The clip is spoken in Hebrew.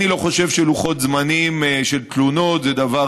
אני לא חושב שלוחות זמנים של תלונות זה דבר